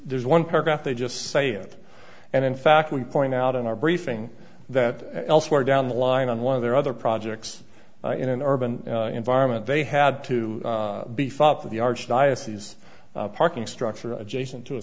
there's one paragraph they just say it and in fact we point out in our briefing that elsewhere down the line on one of their other projects in an urban environment they had to beef up the archdiocese parking structure adjacent to a